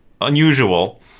unusual